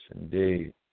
indeed